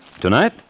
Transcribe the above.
Tonight